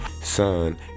son